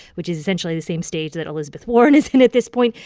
which is essentially the same stage that elizabeth warren is in at this point.